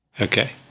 Okay